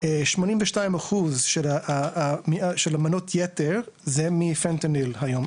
82 אחוז של מנות ייתר זה מפנטניל היום,